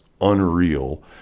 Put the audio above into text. unreal